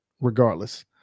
regardless